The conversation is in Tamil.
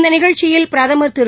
இந்தநிகழ்ச்சியில் பிரதம் திரு